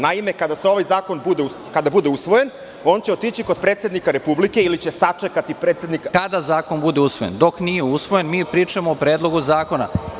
Naime, kada ovaj zakon bude usvojen, on će otići kod predsednika Republike, ili će sačekati predsednika… (Predsednik: Kada zakon bude usvojen, dok nije usvojen, mi pričamo o Predlogu zakona.